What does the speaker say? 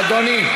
אדוני.